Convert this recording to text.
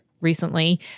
recently